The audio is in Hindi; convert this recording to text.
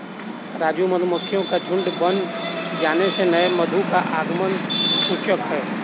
राजू मधुमक्खियों का झुंड बन जाने से नए मधु का आगमन का सूचक है